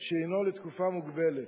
שהינו לתקופה מוגבלת.